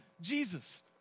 Jesus